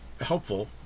helpful